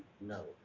No